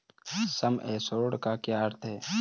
सम assured का क्या अर्थ है?